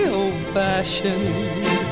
old-fashioned